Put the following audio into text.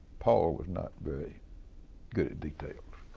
paul was not very good at details,